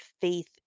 faith